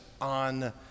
on